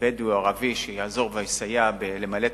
בדואי או ערבי שיעזור או יסייע למלא טפסים,